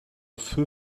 feu